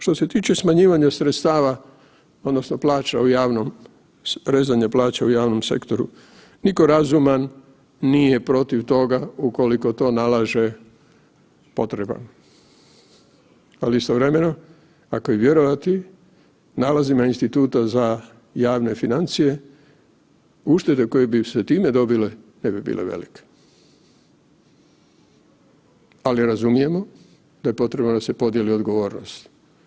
Što se tiče smanjivanja sredstava odnosno rezanja plaća u javnom sektoru, niko razuman nije protiv toga ukoliko to nalaže potreba, ali istovremeno ako je vjerovati nalazima Instituta za javne financije, uštede koje bi se time dobile ne bi bile velike, ali razumijemo da je potrebno da se podijeli odgovornost.